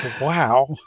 Wow